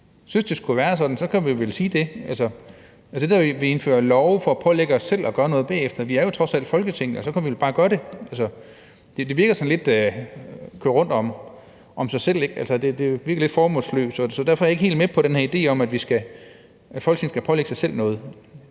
synes, at det skal være sådan, kan vi vel sige det. Til det der med at vedtage love for at pålægge os selv at gøre noget bagefter vil jeg bare sige, at vi trods alt er Folketinget, og så kan vi vel bare gøre det. Det virker sådan lidt som at køre rundt om sig selv. Det virker lidt formålsløst. Derfor er jeg ikke helt med på den her idé om, at Folketinget skal pålægge sig selv noget.